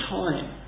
time